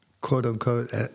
quote-unquote